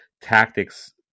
tactics-